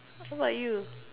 what about you